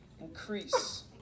increase